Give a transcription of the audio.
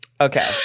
Okay